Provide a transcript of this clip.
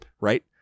right